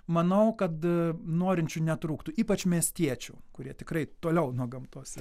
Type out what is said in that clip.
manau kad norinčių netrūktų ypač miestiečių kurie tikrai toliau nuo gamtos